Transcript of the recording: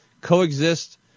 Coexist